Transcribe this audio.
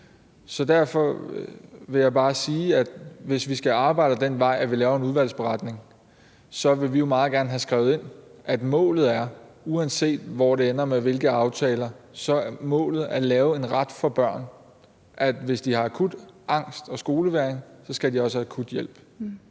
Så derfor vil jeg bare sige, at hvis vi skal arbejde ud ad den vej, hvor vi laver en udvalgsberetning, så vil vi meget gerne have skrevet ind, at målet – uanset hvor det ender med hvilke aftaler – er at lave en ret for børn om, at de, hvis de har akut angst og skolevægring, også skal have akut hjælp.